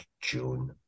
June